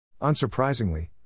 Unsurprisingly